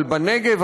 אבל בנגב,